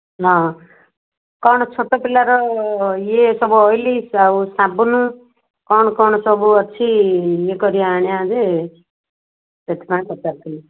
ହଁ କ'ଣ ଛୋଟ ପିଲାର ଇଏ ସବୁ ଅଏଲ୍ ଆଉ ସାବୁନ କ'ଣ କ'ଣ ସବୁ ଅଛି ଇଏ କରିବା ଆଣିବା ଯେ ସେଥିପାଇଁ ପଚାରୁଥିଲି